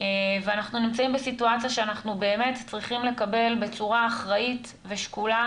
ואנחנו נמצאים בסיטואציה שאנחנו באמת צריכים לקבל בצורה אחראית ושקולה